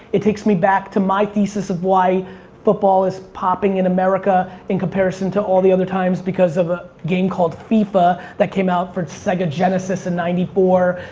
it takes me back to my thesis of why football is popping in america, in comparison to all the other times because of a game galled fifa that came out for sega genesis in ninety four.